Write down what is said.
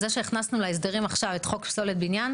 זה שהכנסנו להסדרים עכשיו את חוק פסולת בניין,